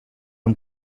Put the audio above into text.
amb